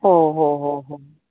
हो हो हो हो